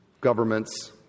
governments